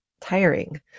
tiring